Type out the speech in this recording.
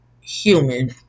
human